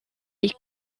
est